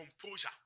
composure